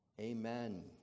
Amen